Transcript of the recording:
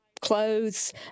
clothes